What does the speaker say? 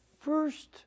first